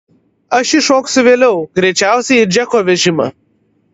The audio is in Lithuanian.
aš įšoksiu vėliau greičiausiai į džeko vežimą